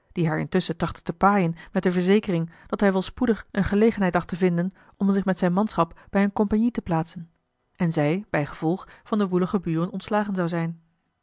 die haar intusschen trachtte te paaien met de verzekering dat hij wel spoedig eene gelegenheid dacht te vinden om zich met zijne manschap bij eene compagnie te plaatsen en zij bijgevolg van de woelige buren ontslagen zou zijn